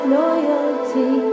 loyalty